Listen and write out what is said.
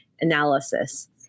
analysis